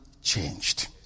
changed